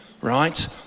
Right